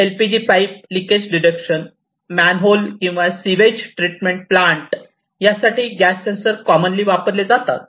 LPG pipe leakage detection manhole किंवा sewage treatment plant याठिकाणी gas sensor commonly वापरले जातात